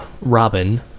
Robin